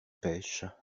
pêchent